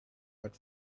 but